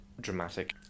dramatic